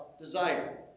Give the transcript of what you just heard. desire